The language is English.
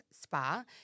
spa